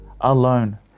alone